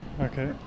Okay